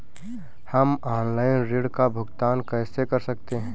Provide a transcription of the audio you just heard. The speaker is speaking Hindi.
हम ऑनलाइन ऋण का भुगतान कैसे कर सकते हैं?